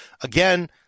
again